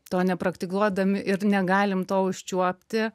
to nepraktikuodami ir negalim to užčiuopti